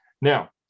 Now